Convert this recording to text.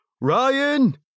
Ryan